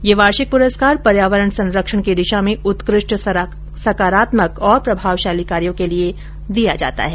यह वार्षिक पुरस्कार पर्यावरण संरक्षण की दिशा में उत्कृष्ट संकारात्मक और प्रभावशाली कार्यों के लिए दिया जाता है